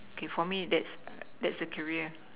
okay for me that's that's a career